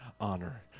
honor